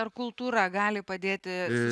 ar kultūra gali padėti